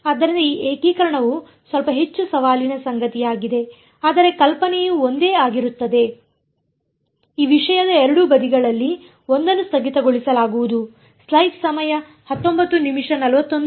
ಆದ್ದರಿಂದ ಆ ಏಕೀಕರಣವು ಸ್ವಲ್ಪ ಹೆಚ್ಚು ಸವಾಲಿನ ಸಂಗತಿಯಾಗಿದೆ ಆದರೆ ಕಲ್ಪನೆಯು ಒಂದೇ ಆಗಿರುತ್ತದೆ ಈ ವಿಷಯದ ಎರಡೂ ಬದಿಗಳಲ್ಲಿ ಒಂದನ್ನು ಸ್ಥಗಿತಗೊಳಿಸಲಾಗುವುದು